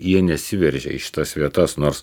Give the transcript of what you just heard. jie nesiveržia į šitas vietas nors